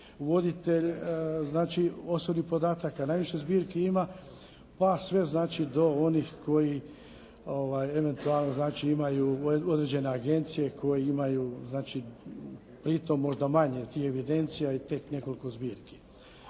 voditelj znači osobnih podataka. Najviše zbirki ima. Pa sve znači do onih koji eventualno znači imaju određene agencije koje imaju znači pri tom možda manje tih evidencija i tek nekoliko zbirki.